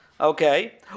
Okay